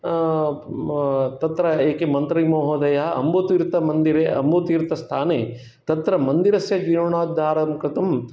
तत्र किम् मन्त्रीमहोदयः अम्बुतीर्थमन्दिरे अम्बुतीर्थस्थाने तत्र मन्दिरस्य जीर्णोद्धारं कर्तुं